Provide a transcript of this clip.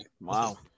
wow